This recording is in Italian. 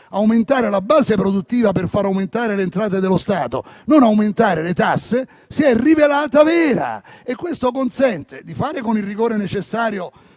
aumentare la base produttiva per far aumentare le entrate dello Stato e di non aumentare le tasse si è rivelata vera e questo consente di fare, con il rigore necessario,